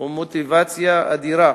ומוטיבציה אדירה